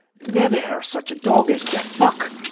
nevaire such a dog as dat buck!